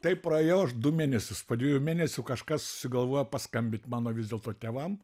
taip praėjau aš du mėnesius po dviejų mėnesių kažkas susigalvojo paskambint mano vis dėlto tėvam